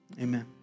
Amen